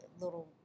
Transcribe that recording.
little